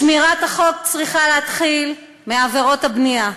שמירת החוק צריכה להתחיל מעבירות הבנייה,